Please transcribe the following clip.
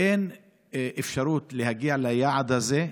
אין אפשרות להגיע ליעד הזה,